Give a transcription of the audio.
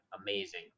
amazing